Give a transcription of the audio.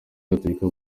gatolika